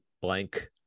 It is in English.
Blank